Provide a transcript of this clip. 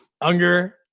Unger